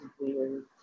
weird